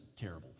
terrible